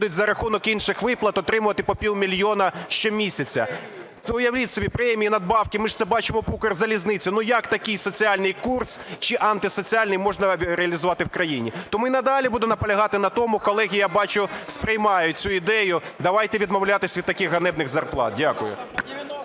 за рахунок інших виплат отримувати по півмільйона щомісяця. Це уявіть собі, премії, надбавки, ми ж це бачимо по Укрзалізниці, ну, як такий соціальний курс чи антисоціальний можна реалізувати в країні? Тому й надалі будемо наполягати на тому, колеги, я бачу, сприймають цю ідею, давайте відмовлятися від таких ганебних зарплат.